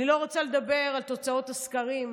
אני לא רוצה לדבר על תוצאות הסקרים,